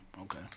okay